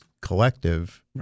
collective